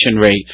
rate